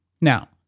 Now